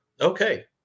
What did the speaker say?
Okay